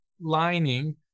lining